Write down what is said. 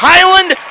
Highland